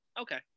okay